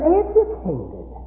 educated